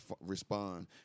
respond